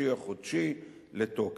ה"חופשי חודשי" לתוקף.